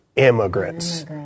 immigrants